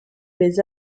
les